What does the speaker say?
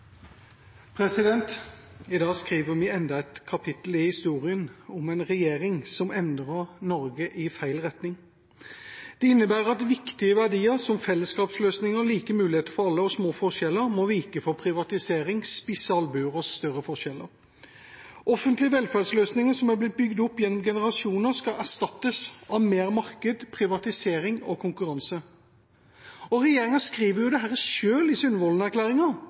kommunestyrene. I dag skriver vi enda et kapittel i historien om en regjering som endrer Norge i feil retning. Det innebærer at viktige verdier som fellesskapsløsninger, like muligheter for alle og små forskjeller må vike for privatisering, spisse albuer og større forskjeller. Offentlige velferdsløsninger som er blitt bygd opp gjennom generasjoner, skal erstattes av mer marked, privatisering og konkurranse. Regjeringa skriver jo selv dette i